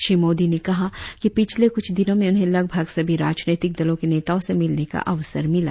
श्री मोदी ने कहा कि पिछले कुछ दिनों में उन्हें लगभग सभी राजनीतिक दलों के नेताओं से मिलने का अवसर मिला